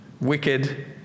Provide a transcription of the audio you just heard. wicked